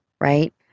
right